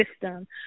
system